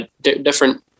different